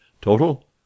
total